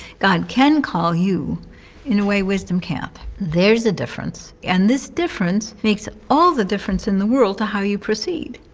god can call you in a way wisdom can't. there's a difference. and this difference makes all the difference in the to how you proceed.